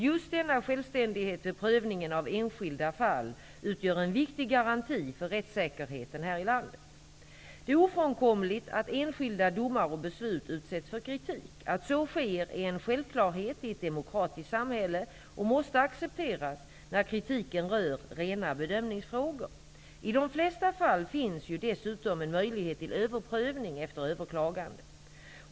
Just denna självständighet vid prövningen av enskilda fall utgör en viktig garanti för rättssäkerheten här i landet. Det är ofrånkomligt att enskilda domar och beslut utsätts för kritik. Att så sker är en självklarhet i ett demokratiskt samhälle och måste accepteras när kritiken rör rena bedömningsfrågor. I de flesta fall finns ju dessutom en möjlighet till överprövning efter överklagande.